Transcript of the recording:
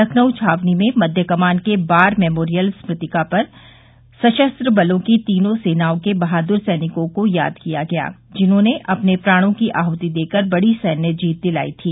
लखनऊ छावनी में मध्य कमान के बार मेमोरियल स्मृतिका पर सशस्त्र बलों की तीनों सेनाओं के बहादुर सैनिकों को याद किया गया जिन्होंने अपने प्राणों की आहृति देकर बड़ी सैन्य जीत दिलाई थी